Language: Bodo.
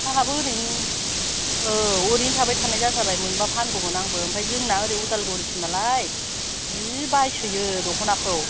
आहाबो ओरैनो औ ओरैनो थाबाय थानाय जाथारबाय मोनबा फानगौमोन आंबो ओमफ्राय जोंना ओरै उदालगुरिसो नालाय जि बायसोयो दख'नाखौ